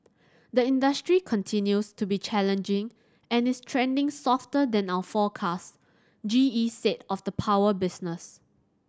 the industry continues to be challenging and is trending softer than our forecast G E said of the power business